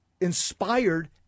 inspired